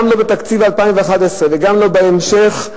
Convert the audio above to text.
לא בתקציב 2011 וגם לא בהמשך,